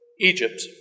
Egypt